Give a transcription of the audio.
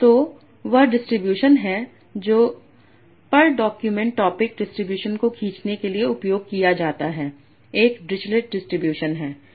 तो वह डिस्ट्रीब्यूशन है जो पर डॉक्यूमेंट टॉपिक डिस्ट्रीब्यूशन को खींचने के लिए उपयोग किया जाता है एक डिरिचलेट डिस्ट्रीब्यूशन है